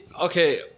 okay